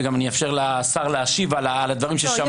ואני גם אאפשר לשר להשיב על הדברים ששמענו.